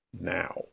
now